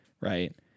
right